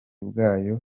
bwayo